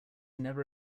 never